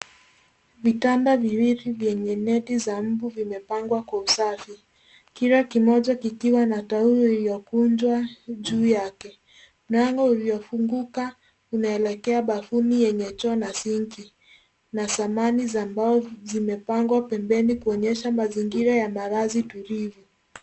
Vitanda viwili vyenye neti za mbu vimepangwa kwa usafi, kila kimoja kikiwa na taulo iliyokunjwa juu yake. Mlango uliofunguka unaelekea bafuni yenye choo na sinki zamani. Mbao zimepangwa pembeni, kuonyesha mazingira ya malazi tulivu.